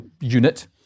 unit